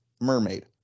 mermaid